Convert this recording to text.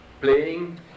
playing